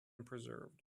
preserved